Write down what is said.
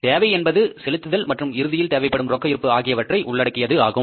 தேவை என்பது செலுத்துதல் மற்றும் இறுதியில் தேவைப்படும் ரொக்க இருப்பு ஆகியவற்றை உள்ளடக்கியது ஆகும்